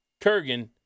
Kurgan